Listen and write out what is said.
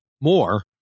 more